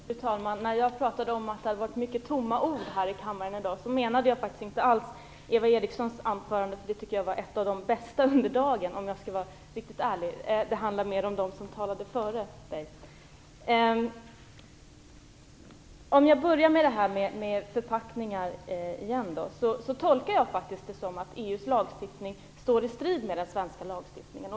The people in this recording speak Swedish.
Fru talman! När jag talade om att det har varit många tomma ord här i kammaren i dag menade jag med det inte alls Eva Eriksson anförande. Det tycker jag var ett av de bästa under dagen, om jag skall vara riktigt ärlig. Det handlade mer om dem som talade före Eva Eriksson. Jag börjar med frågan om förpackningar. Jag tolkar det som att EU:s lagstiftning står i strid med den svenska lagstiftningen.